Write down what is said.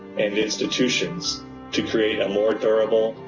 and institutions to create a more durable,